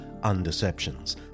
Undeceptions